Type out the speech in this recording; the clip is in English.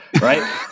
right